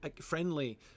friendly